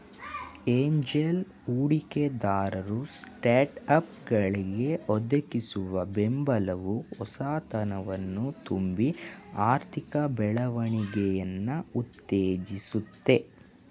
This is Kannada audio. ಏಂಜಲ್ ಹೂಡಿಕೆದಾರರು ಸ್ಟಾರ್ಟ್ಅಪ್ಗಳ್ಗೆ ಒದಗಿಸುವ ಬೆಂಬಲವು ಹೊಸತನವನ್ನ ತುಂಬಿ ಆರ್ಥಿಕ ಬೆಳವಣಿಗೆಯನ್ನ ಉತ್ತೇಜಿಸುತ್ತೆ